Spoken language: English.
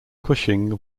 cushing